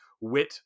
wit